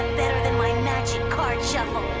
better than my magic card shuffle.